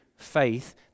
faith